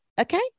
Okay